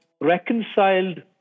reconciled